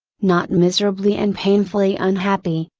not miserably and painfully unhappy,